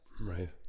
Right